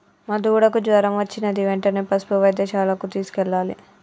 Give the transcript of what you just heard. మా దూడకు జ్వరం వచ్చినది వెంటనే పసుపు వైద్యశాలకు తీసుకెళ్లాలి